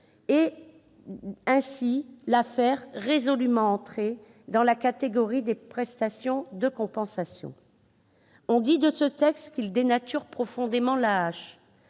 afin de la faire résolument entrer dans la catégorie des prestations de compensation. On dit de ce texte qu'il dénature profondément l'AAH.